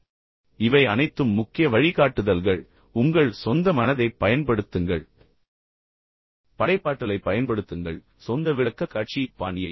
நான் என்ன சொன்னாலும் இவை அனைத்தும் முக்கிய வழிகாட்டுதல்கள் ஆனால் நீங்கள் அதைச் செய்யும்போது உங்கள் சொந்த மனதைப் பயன்படுத்துங்கள் படைப்பாற்றலைப் பயன்படுத்துங்கள் உங்கள் சொந்த விளக்கக்காட்சி பாணியை உருவாக்குங்கள்